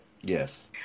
Yes